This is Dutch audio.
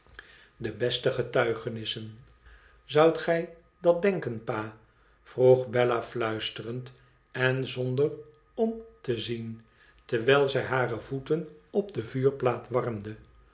de beste getuigenissen zoudt gij dt denken pa vroeg bella fluisterend en zonder om te zien terwijl zij hare voeten op de vuurplaat warmde